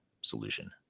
solution